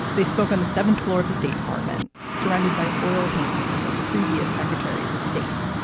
they spoke on the seventh floor of the state department, surrounded by oil paintings of previous secretaries of state.